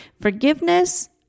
Forgiveness